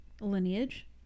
Lineage